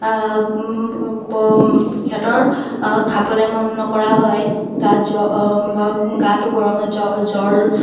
সিহঁতৰ খাবলৈ মন নকৰা হয় গাত গাটো গৰম হয় জ্বৰ